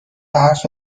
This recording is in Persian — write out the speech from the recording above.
حرفت